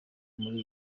muri